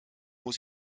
muss